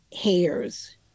hairs